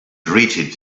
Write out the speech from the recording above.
greeted